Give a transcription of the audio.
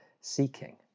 seeking